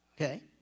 Okay